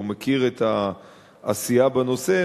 והוא מכיר את העשייה בנושא,